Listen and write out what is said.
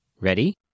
Ready